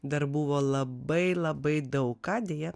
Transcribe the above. dar buvo labai labai daug ką deja